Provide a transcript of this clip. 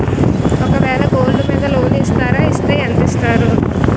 ఒక వేల గోల్డ్ మీద లోన్ ఇస్తారా? ఇస్తే ఎంత ఇస్తారు?